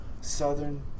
Southern